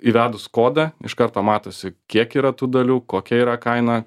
įvedus kodą iš karto matosi kiek yra tų dalių kokia yra kaina